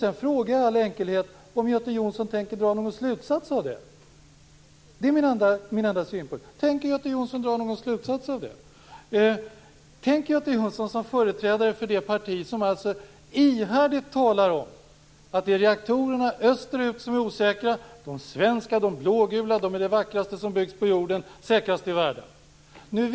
Sedan frågar jag i all enkelhet om Göte Jonsson tänker dra någon slutsats av det. Det är min enda synpunkt. Tänker Göte Jonsson dra någon slutsats av det? Tänker Göte Jonsson dra någon slutsats som företrädare för det parti som ihärdigt talar om att det är reaktorerna österut som är osäkra och att de svenska blågula är det vackraste som finns på jorden och säkrast i världen?